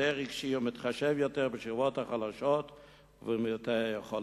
יותר רגיש ומתחשב בשכבות החלשות ובמעוטי היכולת.